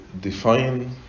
define